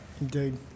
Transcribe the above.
Indeed